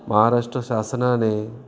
महाराष्ट्र शासनाने